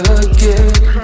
again